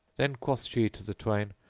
then quoth she to the twain,